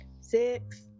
Six